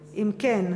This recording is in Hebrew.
3. אם כן,